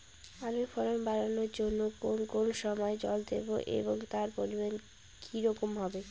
আলুর ফলন বাড়ানোর জন্য কোন কোন সময় জল দেব এবং তার পরিমান কি রকম হবে?